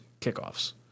kickoffs